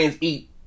eat